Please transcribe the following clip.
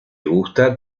gusta